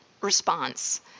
response